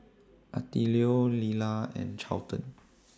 Attilio Lelah and Charlton